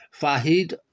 Fahid